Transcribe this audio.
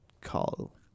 call